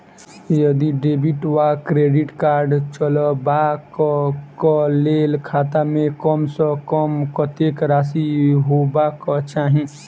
यदि डेबिट वा credit card चलबाक कऽ लेल खाता मे कम सऽ कम कत्तेक राशि हेबाक चाहि?